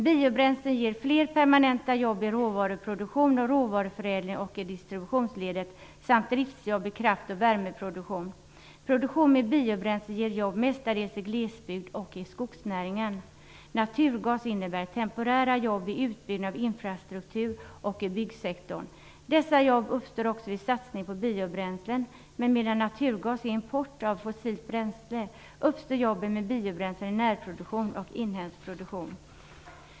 Biobränslen ger fler permanenta jobb i råvaruproduktion, råvaruförädling och i distributionsledet samt driftsjobb i kraft och värmeproduktion. Produktion med biobränsle ger jobb mestadels i glesbygd och i skogsnäringen. Naturgas innebär temporära jobb i utbyggnad av infrastruktur och i byggsektorn. Dessa jobb uppstår också vid en satsning på biobränslen. Men medan naturgas är en import av fossilt bränsle uppstår jobben med biobränslen i närproduktion och inhemsk produktion.